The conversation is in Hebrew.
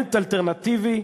פרלמנט אלטרנטיבי.